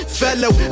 fellow